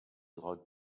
drogue